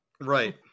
Right